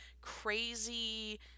crazy